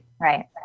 Right